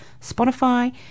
Spotify